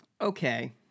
Okay